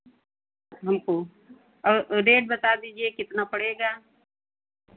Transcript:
हमको रेट बता दीजिए कितना पड़ेगा